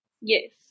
Yes